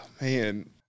Man